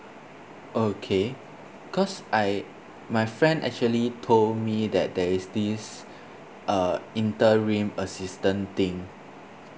okay cause I my friend actually told me that there is this uh interim assistant thing